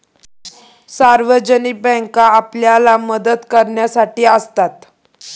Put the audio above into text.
सार्वजनिक बँका आपल्याला मदत करण्यासाठी असतात